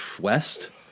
west